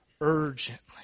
urgently